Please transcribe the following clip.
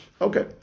okay